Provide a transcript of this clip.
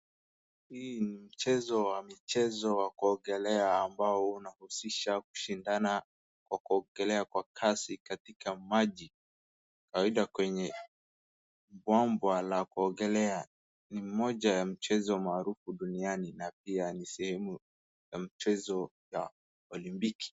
Hii ni mchezo wa michezo wa kuogelea ambao unahusisha kushindana kwa kuoigelea kwa kasi katika maji. Kwa kawaida kwenye bomba la kuogelea ni moja ya mchezo maarufu duniani na pia ni sehemu ya mchezo ya olimpiki.